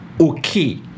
okay